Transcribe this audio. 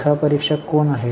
लेखा परीक्षक कोण आहेत